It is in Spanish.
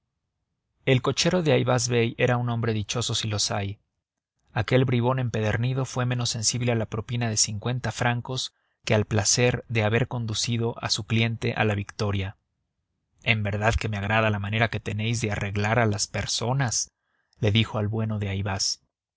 el cochero de ayvaz bey era un hombre dichoso si los hay aquel bribón empedernido fue menos sensible a la propina de cincuenta francos que al placer de haber conducido a su cliente a la victoria en verdad que me agrada la manera que tenéis de arreglar a las personas le dijo al bueno de ayvaz